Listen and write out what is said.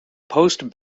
post